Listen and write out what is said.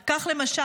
כך למשל,